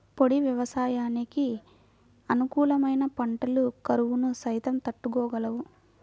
పొడి వ్యవసాయానికి అనుకూలమైన పంటలు కరువును సైతం తట్టుకోగలవు